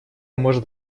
может